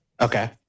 Okay